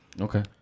Okay